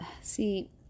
See